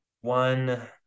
one